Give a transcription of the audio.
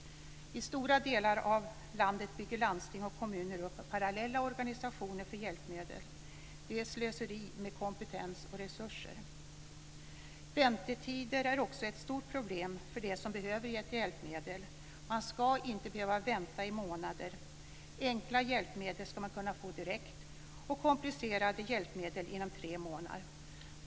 I stora delar av landet bygger landsting och kommuner upp parallella organisationer för hjälpmedel. Detta är slöseri med kompetens och resurser. Väntetiderna är också ett stort problem för dem som behöver ett hjälpmedel. Man ska inte behöva vänta i månader. Enkla hjälpmedel ska man kunna få direkt och komplicerade hjälpmedel inom tre månader.